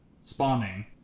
spawning